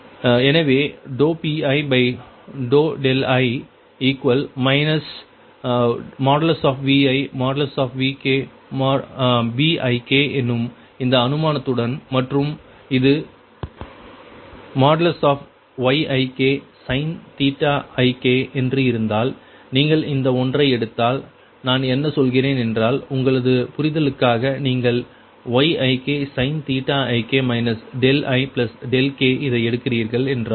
எனவே Pii ViVkBik என்னும் இந்த அனுமானத்துடன் மற்றும் இது Yiksin என்று இருந்தால் நீங்கள் இந்த ஒன்றை எடுத்தால் நான் என்ன சொல்கிறேன் என்றால் உங்களது புரிதலுக்காக நீங்கள் Yiksin ik ik இதை எடுக்கிறீர்கள் என்றால்